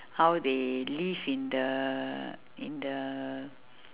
how they live in the in the